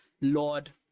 Lord